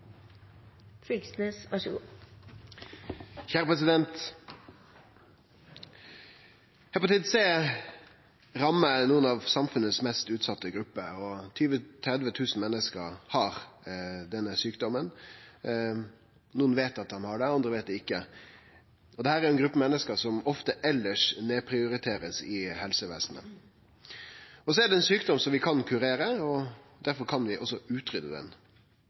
rammer nokon av dei mest utsette gruppene i samfunnet. 20 000–30 000 menneske har denne sjukdomen. Nokon veit at dei har han, andre ikkje. Dette er ei gruppe menneske som ofte elles blir nedprioritert i helsevesenet. Det er ein sjukdom som vi kan kurere, difor kan vi også utrydde